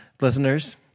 listeners